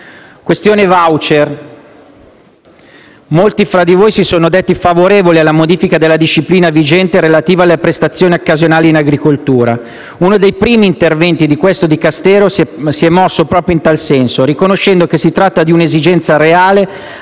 questione *voucher*, molti fra voi si sono detti favorevoli alla modifica della disciplina vigente relativa alle prestazioni occasionali in agricoltura. Uno dei primi interventi di questo Dicastero si è mosso proprio in tal senso, riconoscendo che si tratta di un'esigenza reale,